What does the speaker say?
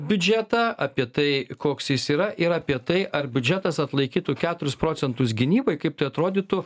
biudžetą apie tai koks jis yra ir apie tai ar biudžetas atlaikytų keturis procentus gynybai kaip tai atrodytų